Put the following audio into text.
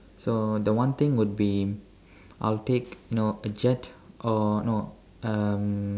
so the one thing would be I'll take you know a jet or no um